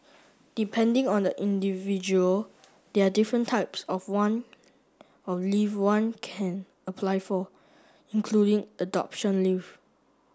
depending on the individual there are different types of one of leave one can apply for including adoption leave